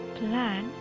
plan